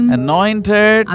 anointed